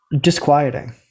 Disquieting